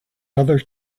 other